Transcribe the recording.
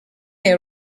here